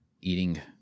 eating